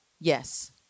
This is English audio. Yes